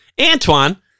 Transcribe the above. Antoine